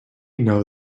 know